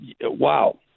wow